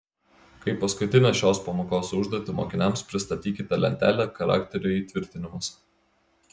kaip paskutinę šios pamokos užduotį mokiniams pristatykite lentelę charakterio įtvirtinimas